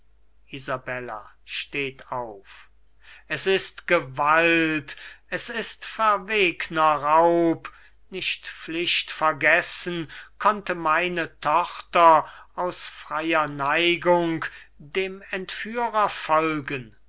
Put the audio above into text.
steht auf es ist gewalt es ist verwegner raub nicht pflichtvergessen konnte meine tochter aus freier neigung dem entführer folgen